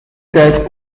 tijd